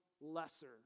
lesser